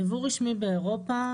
יבוא רשמי באירופה,